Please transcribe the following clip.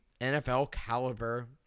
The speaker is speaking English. NFL-caliber